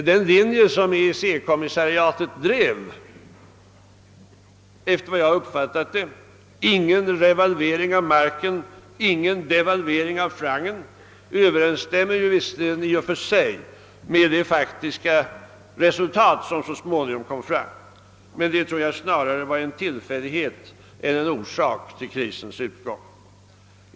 Den linje som EEC kommissariatet efter vad jag har uppfattat drev — ingen revalvering av Marken, ingen devalvering av francen — överensstämmer visserligen i och för sig med det faktiska resultat som så småningom uppnåddes. Men det tror jag snarare var en tillfällighet än en orsak till krisens utgång.